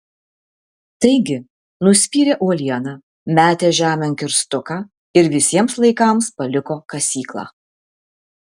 taigi nuspyrė uolieną metė žemėn kirstuką ir visiems laikams paliko kasyklą